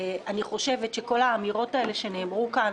אני חושבת שכל האמירות האלה שנאמרו כאן